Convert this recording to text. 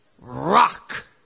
rock